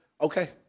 okay